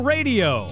Radio